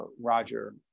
Roger